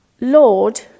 Lord